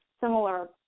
similar